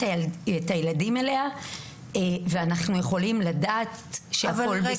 הילדים אליה ואנחנו יכולים לדעת שהכול בסדר.